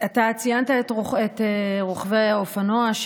אתה ציינת את רוכבי האופנוע,